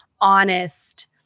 honest